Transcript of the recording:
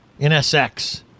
NSX